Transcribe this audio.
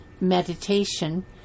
meditation